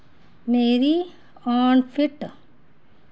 मेरी अनफिट